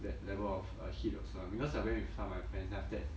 that level of uh heat also because I went with some of my friends then after that